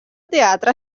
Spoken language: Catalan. teatre